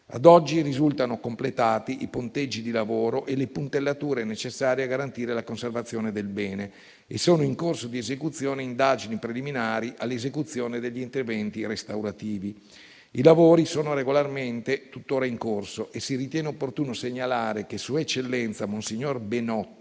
A oggi risultano completati i ponteggi di lavoro e le puntellature necessarie a garantire la conservazione del bene e sono in corso di esecuzione indagini preliminari all'esecuzione degli interventi restaurativi. I lavori sono regolarmente tuttora in corso e si ritiene opportuno segnalare che sua eccellenza, monsignor Benotto,